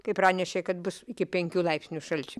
kai pranešė kad bus iki penkių laipsnių šalčio